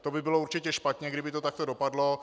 To by bylo určitě špatně, kdyby to tak dopadlo.